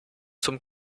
zum